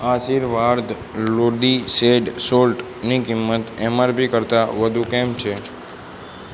આશીર્વાદ લોડીઝેડ સોલ્ટની કિંમત એમઆરપી કરતાં વધુ કેમ છે